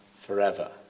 forever